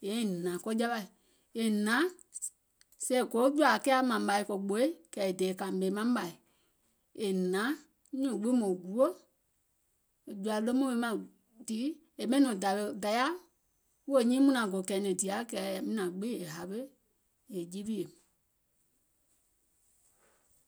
kɛ̀ yèiŋ hnȧŋ ko jawaì, è hnȧŋ sèè è jòȧ kiȧ mȧŋ mȧì kò gbooì, kɛ̀ è dè mȧmè maŋ mȧì, yè hnȧŋ nyùùŋ gbiŋ mùŋ guò, e jɔ̀ȧ lomùŋ wi mȧŋ dìì è ɓɛìŋ nɔŋ dȧwè dayȧ wèè nyiiŋ mùnlaŋ gò kɛ̀ɛ̀nɛ̀ŋ dìa kɛ̀ yȧwi nȧȧŋ gbiŋ yè hawe è jiwiè